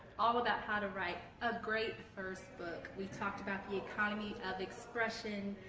all about how to write a great first book. we talked about the economy of expression,